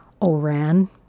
O'Ran